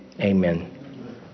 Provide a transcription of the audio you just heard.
Amen